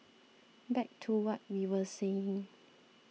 back to what we were saying